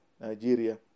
Nigeria